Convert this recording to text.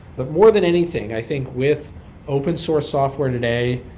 but more than anything i think with open source software today,